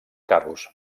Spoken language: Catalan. carros